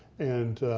and